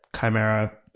chimera